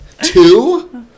Two